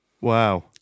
Wow